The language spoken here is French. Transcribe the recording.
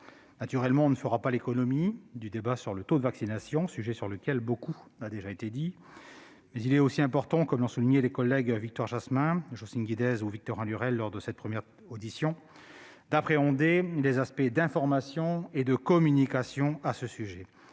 Naturellement, on ne fera pas l'économie du débat sur le taux de vaccination, sujet sur lequel beaucoup a déjà été dit, mais il est aussi important, comme l'ont souligné nos collègues Victoire Jasmin, Jocelyne Guidez ou Victorin Lurel lors de la première audition, d'appréhender les aspects information et communication sur le sujet.